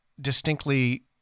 distinctly